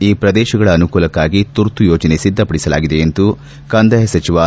ಈ ಪ್ರದೇಶಗಳ ಅನುಕೂಲಕ್ಷಾಗಿ ತುರ್ತು ಯೋಜನೆ ಸಿದ್ದಪಡಿಸಲಾಗಿದೆ ಎಂದು ಕಂದಾಯ ಸಚಿವ ಆರ್